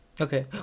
Okay